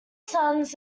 sons